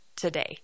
today